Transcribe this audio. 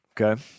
okay